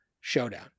showdown